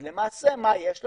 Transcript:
אז למעשה מה יש לנו?